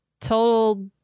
total